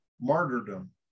martyrdom